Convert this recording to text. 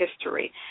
history